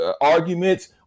arguments